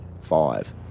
five